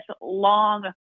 long